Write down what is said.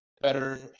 better